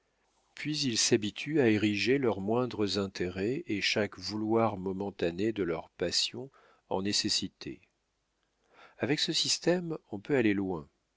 puis ils s'habituent à ériger leurs moindres intérêts et chaque vouloir momentané de leurs passions en nécessité avec ce système on peut aller loin